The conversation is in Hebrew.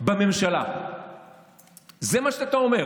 מותנית בממשלה, זה מה שאתה אומר.